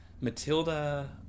Matilda